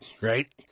Right